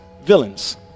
villains